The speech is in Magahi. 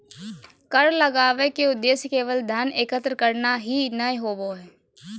कर लगावय के उद्देश्य केवल धन एकत्र करना ही नय होबो हइ